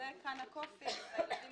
כאן ה"קופיקס" שבו הילדים